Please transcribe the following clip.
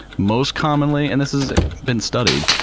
most commonly, and this has been studied,